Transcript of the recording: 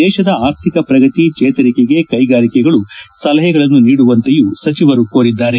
ದೇಶದ ಆರ್ಥಿಕ ಪ್ರಗತಿ ಚೇತರಿಕೆಗೆ ಕೈಗಾರಿಕೆಗಳು ಸಲಹೆಗಳನ್ನು ನೀಡವಂತೆಯೂ ಸಚಿವರು ಕೋರಿದ್ದಾರೆ